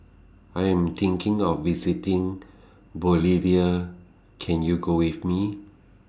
I Am thinking of visiting Bolivia Can YOU Go with Me